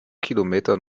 kilometer